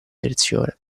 versione